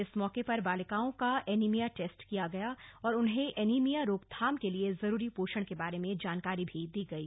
इस मौके पर बालिकाओं का एनीमिया टेस्ट किया गया और उन्हें एनीमिया रोकथाम के लिए जरुरी पोषण के बारे में जानकारी भी दी गयी